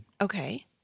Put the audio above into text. Okay